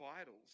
idols